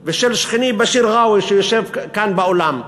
שלי ושל שכני באשיר גאוי, שיושב כאן באולם.